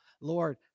Lord